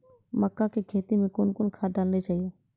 मक्का के खेती मे कौन कौन खाद डालने चाहिए?